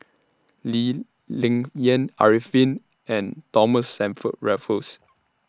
Lee Ling Yen Arifin and Thomas Stamford Raffles